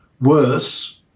worse